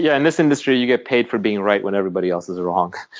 yeah in this industry, you get paid for being right when everybody else is wrong.